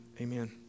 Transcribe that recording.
Amen